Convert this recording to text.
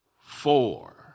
four